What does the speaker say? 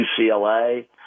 UCLA